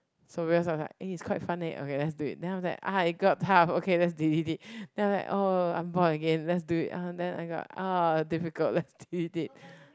so because I was like eh it's quite fun eh okay let's do it then I was like ah it got tough okay let's delete it then I was like oh I'm bored again let's do it ah then I got ah difficult let's delete it